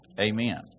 Amen